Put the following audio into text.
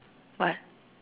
what